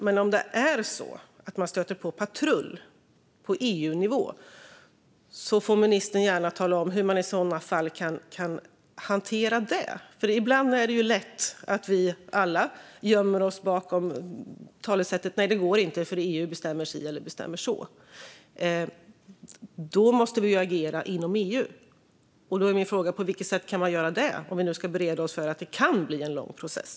Men om det är så att man stöter på patrull på EU-nivå får ministern gärna tala om hur man i sådana fall kan hantera det. Ibland är det lätt att vi alla gömmer oss bakom talesättet: Nej, det går inte, för EU bestämmer si eller bestämmer så. Då måste vi agera inom EU. Min fråga är: På vilket sätt kan man göra det, om vi nu ska bereda oss för att det kan bli en lång process?